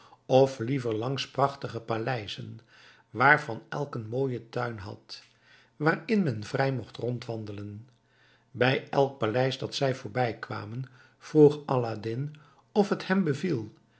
of liever langs prachtige paleizen waarvan elk een zeer mooien tuin had waarin men vrij mocht rondwandelen bij elk paleis dat zij voorbij kwamen vroeg hij aladdin of het hem beviel